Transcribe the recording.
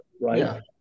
right